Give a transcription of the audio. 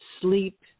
Sleep